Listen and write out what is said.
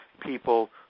people